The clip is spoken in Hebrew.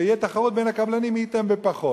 שתהיה תחרות בין הקבלנים מי ייתן בפחות.